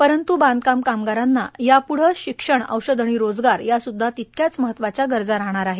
परंतु बायंकाम कामगारांना यापुढे शिक्षण औषष आणि रोजगार यासुद्धा तितक्याच महत्त्वाच्या गरजा आहेत